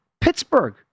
Pittsburgh